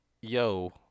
Yo